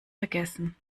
vergessen